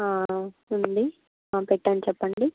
ఉంది పెట్టాను చెప్పండి